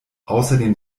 außerdem